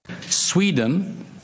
Sweden